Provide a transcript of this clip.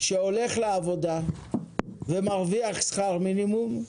שהולך לעבודה ומרוויח שכר מינימום,